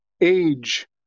age